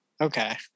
Okay